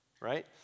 right